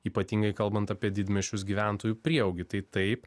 ypatingai kalbant apie didmiesčius gyventojų prieaugį tai taip